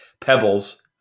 pebbles